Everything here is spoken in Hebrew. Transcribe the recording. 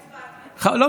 לא הצבעתי.